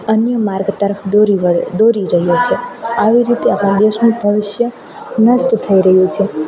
અન્ય માર્ગ તરફ દોરી રહ્યો છે આવી રીતે આપડા દેશનું ભવિષ્ય નષ્ટ થઈ રહ્યું છે